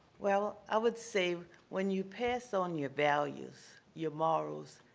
well, i would say when you pass on your values, your morals,